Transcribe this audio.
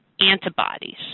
antibodies